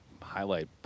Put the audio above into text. highlight